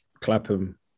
Clapham